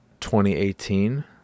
2018